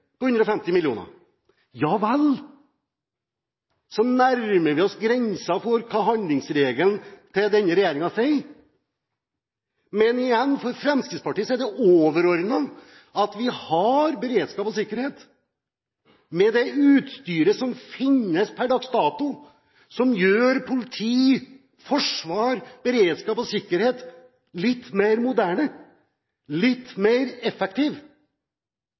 på 150 mill. kr. Ja vel, så nærmer vi oss grensen for hva handlingsregelen til denne regjeringen sier, men igjen: For Fremskrittspartiet er det overordnet at vi har beredskap og sikkerhet, med det utstyret som finnes per dags dato, som gjør politi, forsvar, beredskap og sikkerhet litt mer moderne, litt mer